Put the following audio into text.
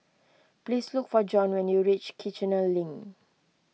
please look for Jon when you reach Kiichener Link